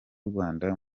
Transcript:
rwanda